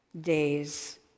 days